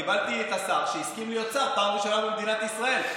אני קיבלתי את השר שהסכים להיות שר בפעם ראשונה במדינת ישראל.